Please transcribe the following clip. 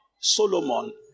Solomon